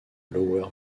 lower